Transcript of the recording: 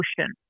ocean